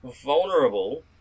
vulnerable